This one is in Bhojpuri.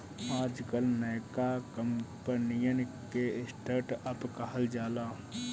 आजकल नयका कंपनिअन के स्टर्ट अप कहल जाला